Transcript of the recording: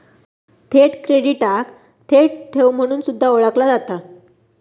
थेट क्रेडिटाक थेट ठेव म्हणून सुद्धा ओळखला जाता